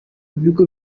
ibigo